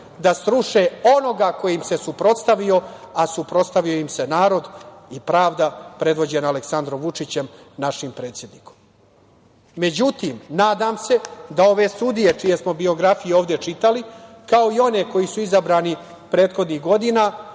da sruše onoga ko im se suprotstavio, a suprotstavio im se narod i pravda predvođena Aleksandrom Vučićem, našim predsednikom.Međutim, nadam se da ove sudije čije smo biografije ovde čitali, kao i one koje su izabrane prethodnih godina,